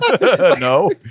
No